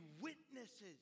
witnesses